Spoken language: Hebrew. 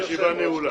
הישיבה נעולה.